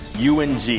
UNG